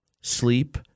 sleep